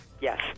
Yes